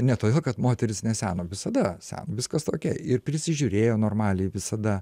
ne todėl kad moterys neseno visada seno viskas okei ir prisižiūrėjo normaliai visada